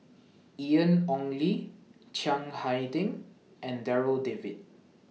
Ian Ong Li Chiang Hai Ding and Darryl David